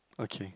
okay